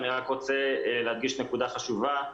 אני רק רוצה להדגיש נקודה חשובה.